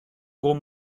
gros